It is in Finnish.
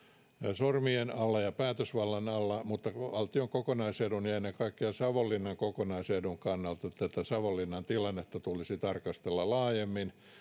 sormien alla ja päätösvallan alla mutta valtion kokonaisedun ja ja ennen kaikkea savonlinnan kokonaisedun kannalta tätä savonlinnan tilannetta tulisi tarkastella laajemmin